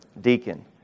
deacon